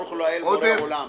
ברוך האל בורא עולם.